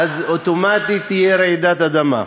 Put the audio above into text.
אז אוטומטית תהיה רעידת אדמה.